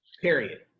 period